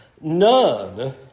None